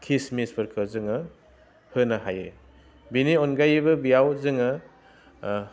किसमिसफोरखौ जोङो होनो हायो बेनि अनगायैबो बेयाव जोङो